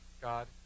god